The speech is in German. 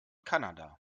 kanada